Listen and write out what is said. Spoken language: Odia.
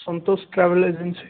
Santosh travel agency